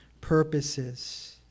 purposes